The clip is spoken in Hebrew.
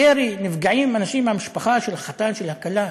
ירי, נפגעים אנשים, מהמשפחה של החתן, של הכלה.